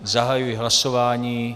Zahajuji hlasování.